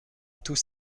tout